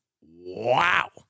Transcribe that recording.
wow